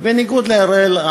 ובניגוד לאראל,